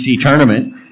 tournament